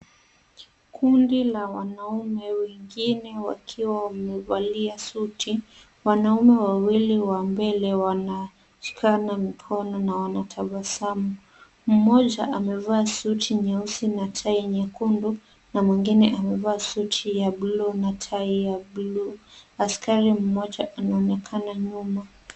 Kundi la wanaume wengine wakiwa wamevalia suti. Wanaume wawili wa mbele wanashikana mikono na wana tabasamu. Mmoja amevaa suti nyeusi na tai nyekundu na mwingine amevaa suti ya buluu na tai ya buluu. Askari mmoja anaonekana nyuma.